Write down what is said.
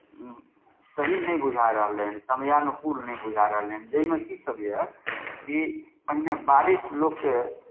सही नहि बुझा रहलै हन समयानुकूल नहि बुझा रहलै हन जाहिमे कीसभ यए कि पहिने बारिश लोकके